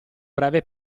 breve